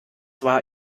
war